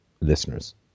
listeners